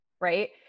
right